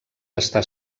està